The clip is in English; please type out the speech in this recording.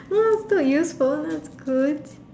that's useful that's good